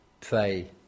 Pray